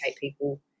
people